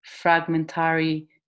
fragmentary